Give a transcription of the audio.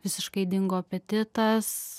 visiškai dingo apetitas